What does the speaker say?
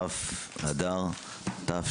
כ' אדר תשפ"ג,